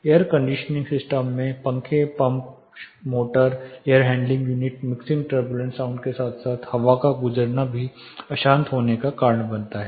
air conditioning system में पंखे pump motor air handling unit mixing turbulent sound के साथ साथ हवा का गुजरना भी अशांत होने का कारण बनता है